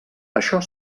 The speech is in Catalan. això